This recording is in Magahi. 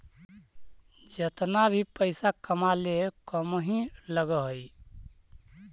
जेतना भी पइसा कमाले कम ही लग हई